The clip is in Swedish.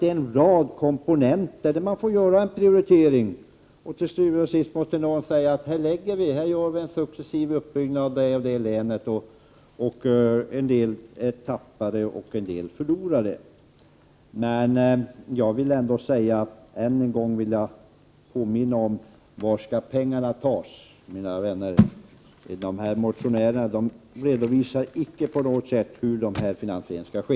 Det är en rad komponenter som måste vägas in, men till syvende och sist måste någon säga: Här lägger vi resurserna, och vi gör en uppbyggnad av organisationen i vissa län — en del län vinner och en dellän förlorar. Jag vill än en gång påminna om frågan: Var skall pengarna tas? Motionärerna redovisar icke på något sätt hur finansieringen skall ske.